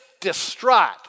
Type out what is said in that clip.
distraught